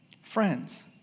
Friends